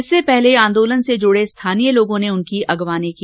इससे पहले आंदोलन से जुड़े स्थानीय लोगों ने उनकी आगवानी की